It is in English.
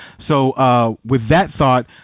so with that thought,